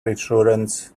insurance